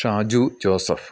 Shaju Joseph